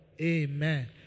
Amen